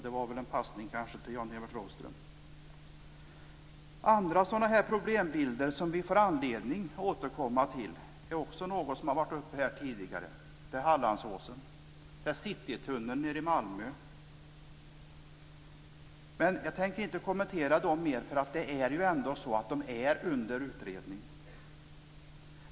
Det var kanske en passning till Jan-Evert Rådhström. Andra sådana här problembilder som vi får anledning att återkomma till och som har varit uppe här tidigare är Hallandsåsen, Citytunneln i Malmö, men jag tänker inte kommentera dem mer för de är under utredning.